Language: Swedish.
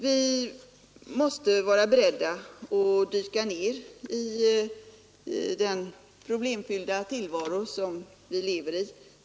Vi måste vara beredda att dyka ner i den problemfyllda tillvaro som vi lever i.